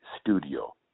studio